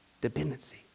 Dependency